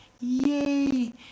Yay